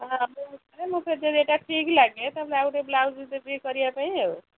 ହଁ ମୁଁ ଯଦି ଠିକ୍ ଲାଗେ ତା'ପରେ ଆଉ ଗୋଟେ ବ୍ଲାଉଜ୍ ଦେବି କରିବା ପାଇଁ ଆଉ